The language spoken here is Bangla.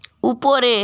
উপরে